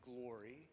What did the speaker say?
glory